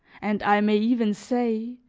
and i may even say,